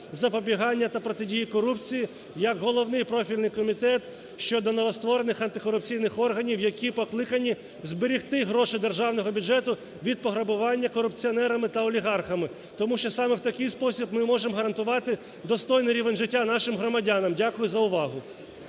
запобігання та протидії корупції як головний профільний комітет щодо новостворених антикорупційних органів, які покликані зберегти гроші державного бюджету від пограбування корупціонерами та олігархами. Тому що саме в такий спосіб ми можемо гарантувати достойний рівень життя нашим громадянам. Дякую за увагу.